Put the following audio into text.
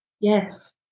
Yes